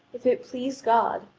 if it please god,